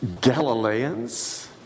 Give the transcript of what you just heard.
Galileans